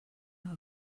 know